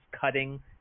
cutting